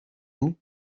vous